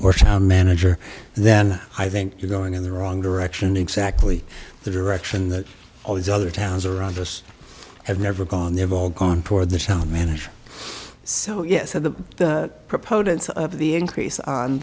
or shot manager then i think you're going in the wrong direction exactly the direction that all these other towns around us have never gone they've all gone for the town manager so yes the proponents of the increase on